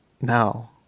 Now